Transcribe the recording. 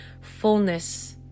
fullness